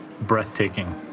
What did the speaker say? breathtaking